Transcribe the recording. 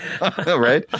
Right